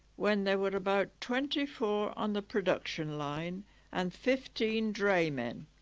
when there were about twenty four on the production line and fifteen draymen